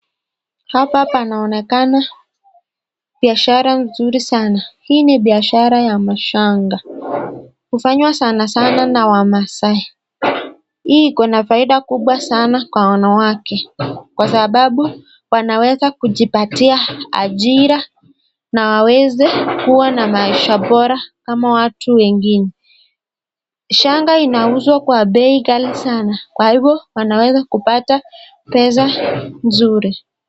Hapa panaoneka biashara mzuri sana hii ni biashara ya mashanga hufanywa sana sana na wamaasai. Hii iko na faida kubwa sana kwa wanawake kwa sababu wanaweza kujipatia ajira na waweze kuwa na maisha bora kama watu wengine. Shanga inauzwa kwa bei ghali sana kwa hivyo wanaweza kupata pesa mzuri.